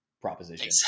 proposition